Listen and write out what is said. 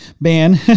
ban